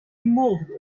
moved